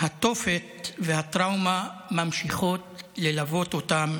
התופת והטראומה ממשיכות ללוות אותם